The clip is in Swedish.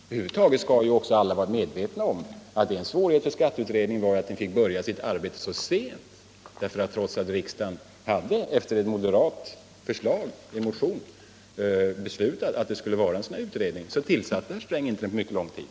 Över huvud taget skall alla vara medvetna om att en svårighet för skatteutredningen var att den fick börja sitt arbete så sent. Trots att riksdagen hade beslutat, efter en moderat motion, att det skulle vara en sådan här utredning, tillsatte herr Sträng den inte förrän efter mycket lång tid.